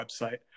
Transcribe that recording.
website